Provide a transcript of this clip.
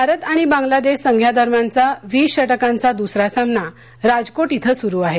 भारत आणि बांगलादेश संघादरम्यानचा वीस षटकाचा दुसरा सामना राजकोट इथ सुरु आहे